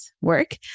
work